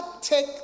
take